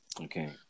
Okay